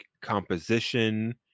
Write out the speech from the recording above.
composition